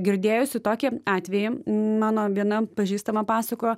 girdėjusi tokį atvejį mano viena pažįstama pasakojo